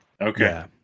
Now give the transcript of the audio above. Okay